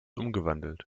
umgewandelt